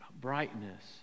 brightness